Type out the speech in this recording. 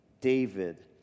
David